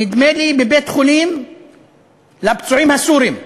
נדמה לי, בבית-חולים לפצועים הסורים.